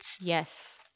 Yes